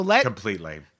Completely